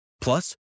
Plus